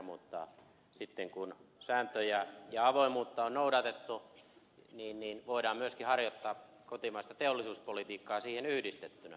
mutta sitten kun sääntöjä ja avoimuutta on noudatettu voidaan myöskin harjoittaa kotimaista teollisuuspolitiikkaa siihen yhdistettynä